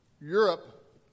Europe